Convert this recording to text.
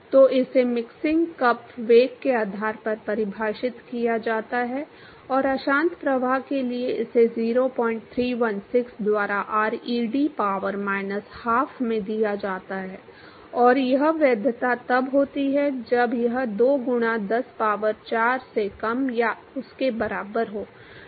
तो इसे mixing cup वेग के आधार पर परिभाषित किया जाता है और अशांत प्रवाह के लिए इसे 0316 द्वारा ReD पावर माइनस हाफ में दिया जाता है और यह वैधता तब होती है जब यह 2 गुणा 10 पावर 4 से कम या उसके बराबर हो